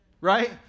Right